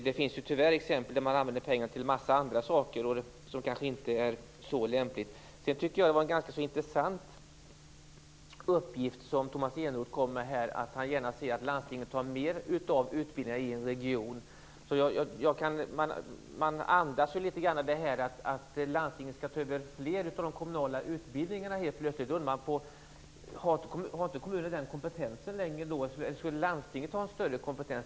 Det finns tyvärr exempel där man använder pengarna till en mängd andra saker, vilket kanske inte är så lämpligt. Det var en ganska intressant uppgift som Tomas Eneroth lämnade, nämligen att han gärna ser att landstingen tar hand om mer av utbildningen i en region. Han antyder alltså litet grand att landstingen helt plötsligt skall ta över fler av de kommunala utbildningarna. Då undrar jag om kommunerna inte längre har den kompetensen. Skulle landstingen ha en större kompetens?